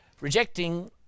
rejecting